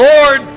Lord